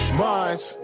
minds